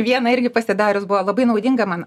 vieną irgi pasidarius buvo labai naudinga man